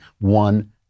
one